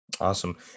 Awesome